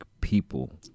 people